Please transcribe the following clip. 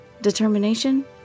Determination